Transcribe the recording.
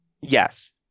Yes